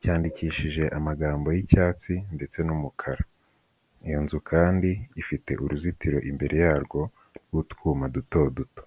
cyandikishije amagambo y'icyatsi ndetse n'umukara, iyo nzu kandi ifite uruzitiro imbere yarwo rw'utwuma duto duto.